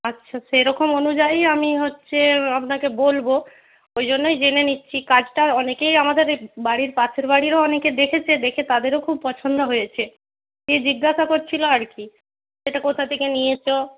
আচ্ছা সেরকম অনুযায়ী আমি হচ্ছে আপনাকে বলব ওই জন্যই জেনে নিচ্ছি কাজটা অনেকেই আমাদের এ বাড়ির পাশের বাড়িরও অনেকে দেখেছে দেখে তাদেরও খুব পছন্দ হয়েছে দিয়ে জিজ্ঞাসা করছিল আর কি এটা কোথা থেকে নিয়েছ